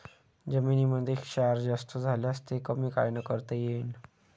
जमीनीमंदी क्षार जास्त झाल्यास ते कमी कायनं करता येईन?